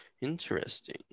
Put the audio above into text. Interesting